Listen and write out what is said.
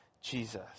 Jesus